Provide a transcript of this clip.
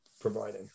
providing